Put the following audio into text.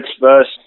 first